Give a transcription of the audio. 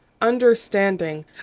understanding